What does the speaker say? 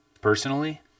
personally